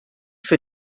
für